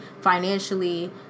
financially